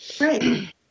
Right